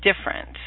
different